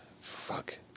Fuck